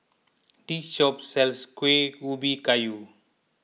this shop sells Kuih Ubi Kayu